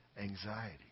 anxiety